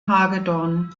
hagedorn